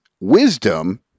Wisdom